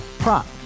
Prop